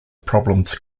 problems